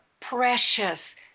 precious